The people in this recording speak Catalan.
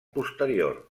posterior